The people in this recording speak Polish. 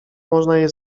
można